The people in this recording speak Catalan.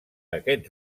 aquests